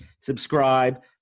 subscribe